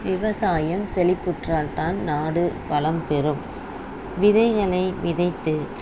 விவசாயம் செழிப்புற்றால் தான் நாடு வளம் பெறும் விதைகளை விதைத்து